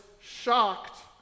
shocked